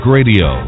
Radio